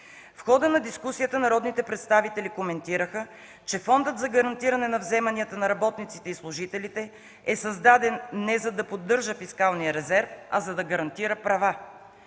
В хода на дискусията народните представители коментираха, че Фондът за гарантиране на вземанията на работниците и служителите е създаден не за да поддържа фискалния резерв, а за да гарантира права.